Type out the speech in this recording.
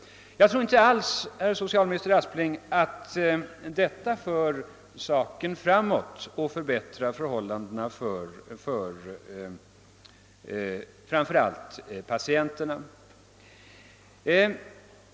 Jag tror inte alls, herr socialminister Aspling, att detta för frågan framåt och förbättrar förhållandena för framför allt patienterna.